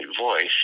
voice